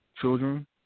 children